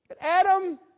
Adam